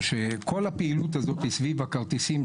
שכל הפעילות הזאת סביב הכרטיסים,